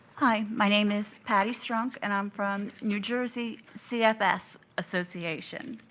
hi. my name is patty strunck and i'm from new jersey cfs association.